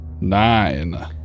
Nine